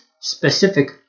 specific